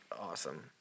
awesome